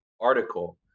article